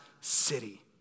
city